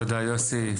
תודה יוסי.